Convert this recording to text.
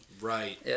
Right